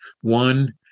one